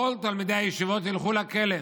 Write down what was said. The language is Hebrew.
כל תלמידי הישיבות ילכו לכלא.